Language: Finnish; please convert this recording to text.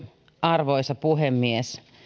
arvoisa puhemies